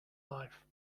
life